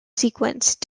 sequence